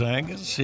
Angus